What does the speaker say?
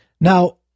Now